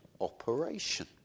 operation